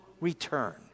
return